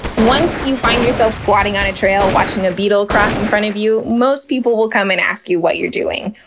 once you find yourself squatting on a trail, watching a beetle cross in front of you, most people will come and ask you what you're doing.